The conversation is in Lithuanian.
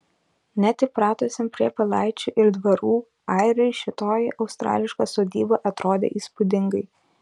net įpratusiam prie pilaičių ir dvarų airiui šitoji australiška sodyba atrodė įspūdingai